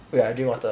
wait I drink water ah